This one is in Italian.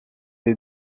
dei